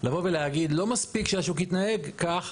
לבוא ולהגיד לא מספיק שהשוק יתנהג כך,